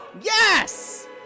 Yes